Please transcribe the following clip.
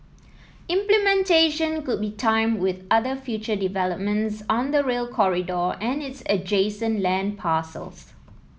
implementation could be timed with other future developments on the Rail Corridor and its adjacent land parcels